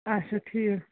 اَچھا ٹھیٖک